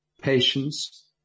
patience